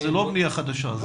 זה לא בנייה חדשה.